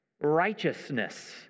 Righteousness